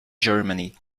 germany